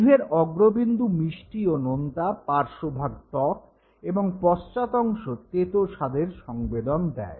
জিভের অগ্রবিন্দু মিষ্টি ও নোনতা পার্শ্বভাগ টক এবং পশ্চাৎঅংশ তেতো স্বাদের সংবেদন দেয়